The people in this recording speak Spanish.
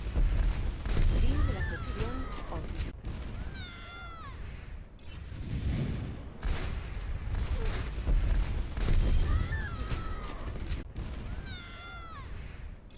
centro de la